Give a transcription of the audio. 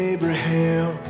Abraham